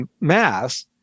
Mass